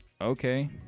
okay